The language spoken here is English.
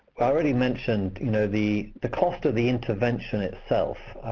already mentioned you know the the cost of the intervention itself.